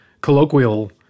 colloquial